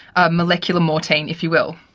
a molecular mortein, if you will.